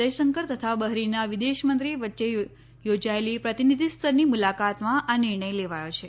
જયશંકર તથા બહરીનના વિદેશમંત્રી વચ્ચે યોજાયેલી પ્રતિનિધિસ્તરની મુલાકાતમાં આ નિર્ણય લેવાયો છે